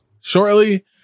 shortly